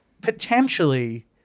potentially